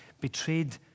betrayed